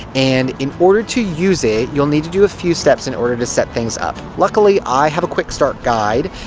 and, in order to use it, you'll need to do a few steps in order to set things up. luckily, i have a quick-start guide.